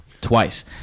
twice